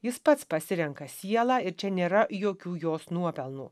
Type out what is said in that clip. jis pats pasirenka sielą ir čia nėra jokių jos nuopelnų